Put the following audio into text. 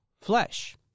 flesh